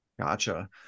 gotcha